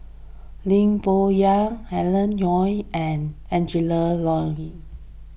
Lee Boon Yang Alan Oei and Angela Liong